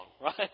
right